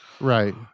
right